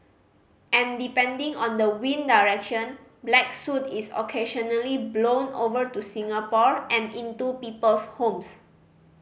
and depending on the wind direction black soot is occasionally blown over to Singapore and into people's homes